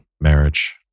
marriage